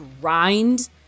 grind